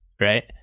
right